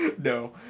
No